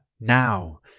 now